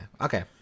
Okay